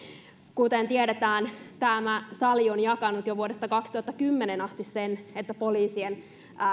kuten tiedetään tämä sali on jakanut jo vuodesta kaksituhattakymmenen asti sen että poliisien